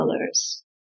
colors